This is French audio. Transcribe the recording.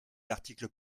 l’article